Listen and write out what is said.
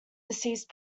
deceased